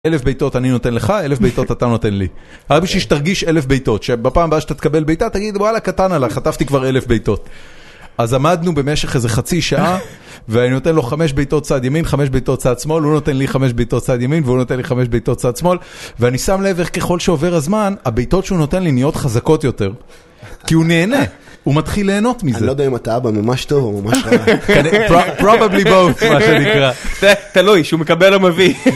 אלף בעיטות אני נותן לך, אלף בעיטות אתה נותן לי. רק בשביל שתרגיש אלף בעיטות. שבפעם הבאה שתתקבל בעיטה, תגיד, וואלה, קטן עליך. חטפתי כבר אלף בעיטות. אז עמדנו במשך איזה חצי שעה, ואני נותן לו חמש בעיטות צד ימין, חמש בעיטות צד שמאל. הוא נותן לי חמש בעיטות צד ימין, והוא נותן לי חמש בעיטות צד שמאל. ואני שם לב איך ככל שעובר הזמן, הבעיטות שהוא נותן לי נהיות חזקות יותר. כי הוא נהנה. הוא מתחיל ליהנות מזה. אני לא יודע אם אתה אבא ממש טוב או ממש רע. Probably both, מה שנקרא. תלוי, שהוא מקבל או מביא.